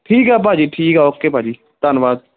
ਠੀਕ ਹੈ ਭਾਅ ਜੀ ਠੀਕ ਆ ਓਕੇ ਭਾਅ ਜੀ ਧੰਨਵਾਦ